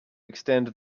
extend